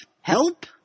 help